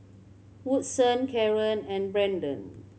Woodson Kaaren and Brendon